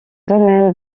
domaine